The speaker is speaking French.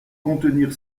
contenir